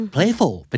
Playful